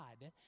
God